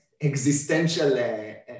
existential